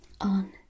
on